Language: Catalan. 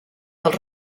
dels